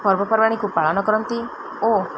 ପର୍ବପର୍ବାଣିକୁ ପାଳନ କରନ୍ତି ଓ